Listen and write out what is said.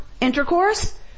intercourse